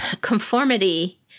conformity